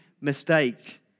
mistake